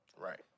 Right